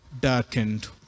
darkened